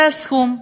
זה הסכום.